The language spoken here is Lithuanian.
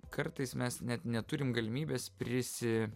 kartais mes net neturime galimybės prisi